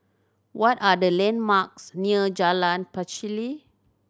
what are the landmarks near Jalan Pacheli